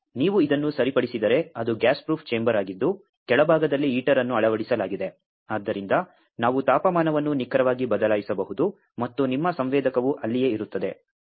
ಆದರೆ ನೀವು ಇದನ್ನು ಸರಿಪಡಿಸಿದರೆ ಅದು ಗ್ಯಾಸ್ ಪ್ರೂಫ್ ಚೇಂಬರ್ ಆಗಿದ್ದು ಕೆಳಭಾಗದಲ್ಲಿ ಹೀಟರ್ ಅನ್ನು ಅಳವಡಿಸಲಾಗಿದೆ ಆದ್ದರಿಂದ ನಾವು ತಾಪಮಾನವನ್ನು ನಿಖರವಾಗಿ ಬದಲಾಯಿಸಬಹುದು ಮತ್ತು ನಿಮ್ಮ ಸಂವೇದಕವು ಅಲ್ಲಿಯೇ ಇರುತ್ತದೆ